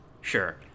Sure